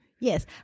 Yes